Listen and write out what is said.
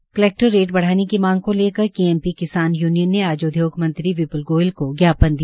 भूमि का collector rate बढ़ाने की मांग को लेकर केएमपी किसान यूनियन ने आज उद्योग मंत्री विप्ल गोयल को ज्ञापन दिया